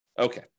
Okay